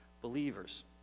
believers